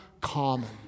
common